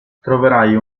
troverai